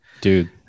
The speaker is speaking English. Dude